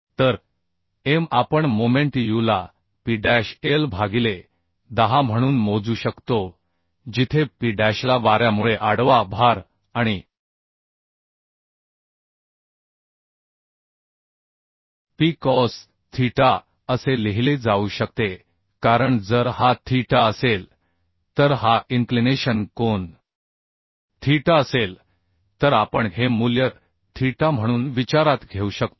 तर m आपण moment U ला P डॅश L भागिले 10 म्हणून मोजू शकतो जिथे P डॅशला वाऱ्यामुळे आडवा भार आणि P कॉस थीटा असे लिहिले जाऊ शकते कारण जर हा थीटा असेल तर हा इन्क्लिनेशन कोन थीटा असेल तर आपण हे मूल्य थीटा म्हणून विचारात घेऊ शकतो